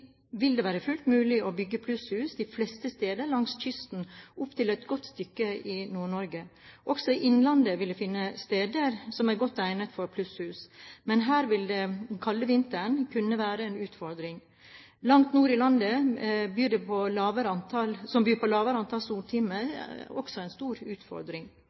vil det være fullt mulig å bygge plusshus de fleste steder langs kysten, opp til et godt stykke inn i Nord-Norge. Også i innlandet vil det finnes steder som er godt egnet for plusshus, men her vil den kalde vinteren kunne være en utfordring. Langt nord i landet byr det lave antallet soltimer også på en stor utfordring.